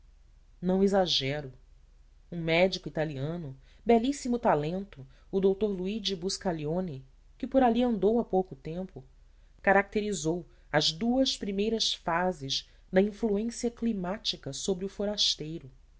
não exagero um médico italiano belíssimo talento o dr luigi buscalione que por ali andou há pouco tempo caracterizou as duas primeiras fases da influência climatérica sobre o forasteiro